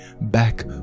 back